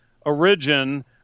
origin